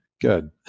good